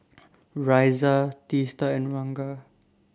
Razia Teesta and Ranga